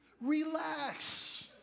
Relax